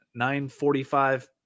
9.45